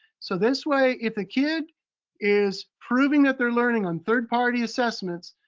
so this way, if the kid is proving that they're learning on third party assessments,